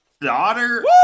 daughter